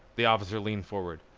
the officer leaned forward.